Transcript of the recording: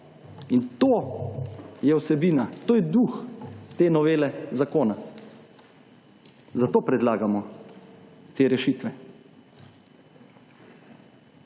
in to je vsebina, to je duh te novele zakona. Zato predlagamo te rešitve.